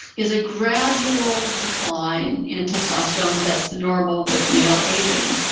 is a gradual decline in testosterone that's normal with male aging.